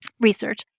research